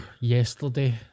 yesterday